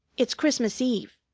it's christmas eve.